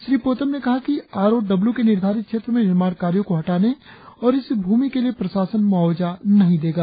श्री पोतम ने कहा कि आर ओ डब्लू के निर्धारित क्षेत्र में निर्माण कार्यों को हटाने और इस भूमि के लिए प्रशासन मुआवजा नही देगा